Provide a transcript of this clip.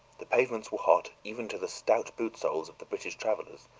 the pavements were hot even to the stout boot soles of the british travelers,